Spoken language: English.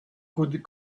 could